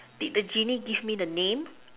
did the genie give me the name